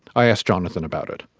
i asked jonathan about it,